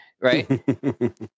right